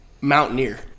mountaineer